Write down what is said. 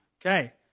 okay